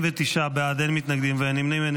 49 בעד, אין מתנגדים ואין נמנעים.